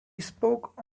spoke